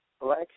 Black